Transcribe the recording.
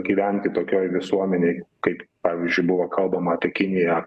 gyventi tokioj visuomenėj kaip pavyzdžiui buvo kalbama apie kiniją